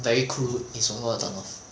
very crude is also a turn off